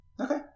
okay